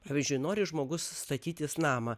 pavyzdžiui nori žmogus statytis namą